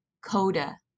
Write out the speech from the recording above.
coda